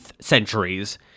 centuries